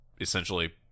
essentially